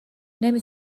نمی